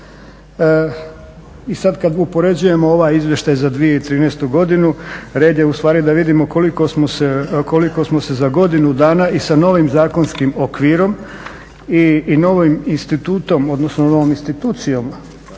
i sada kada upoređujemo ovaj izvještaj za 2013.godinu red je da vidimo koliko smo se za godinu dana i sa novim zakonskim okvirom i novim institutom, odnosno novom institucijom